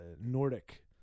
Nordic